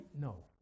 no